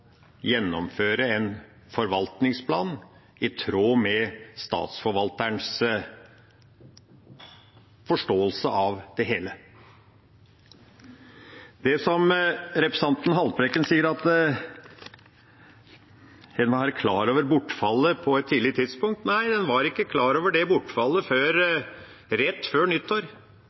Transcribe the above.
gjennomføre en forvaltningsplan i tråd med statsforvalterens forståelse av det hele. Representanten Haltbrekken sier at en var klar over bortfallet på et tidlig tidspunkt. Nei, en var ikke klar over det bortfallet før rett før nyttår.